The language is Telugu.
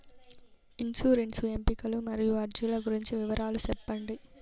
ఇన్సూరెన్సు ఎంపికలు మరియు అర్జీల గురించి వివరాలు సెప్పండి